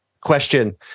question